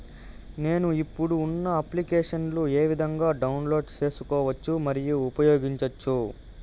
నేను, ఇప్పుడు ఉన్న అప్లికేషన్లు ఏ విధంగా డౌన్లోడ్ సేసుకోవచ్చు మరియు ఉపయోగించొచ్చు?